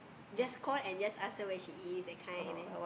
just call and just ask her where she is that kind and then